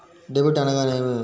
Debit అనగానేమి?